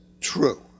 true